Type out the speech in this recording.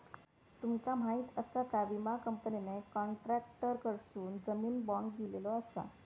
तुमका माहीत आसा काय, विमा कंपनीने कॉन्ट्रॅक्टरकडसून जामीन बाँड दिलेलो आसा